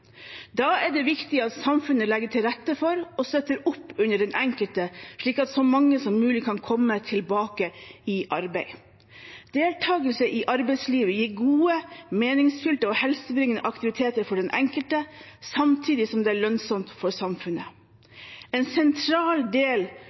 Da er det viktig at samfunnet legger til rette for og støtter opp om den enkelte slik at så mange som mulig kan komme tilbake i arbeid. Deltakelse i arbeidslivet gir gode, meningsfylte og helsebringende aktiviteter for den enkelte, samtidig som det er lønnsomt for samfunnet.